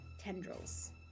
tendrils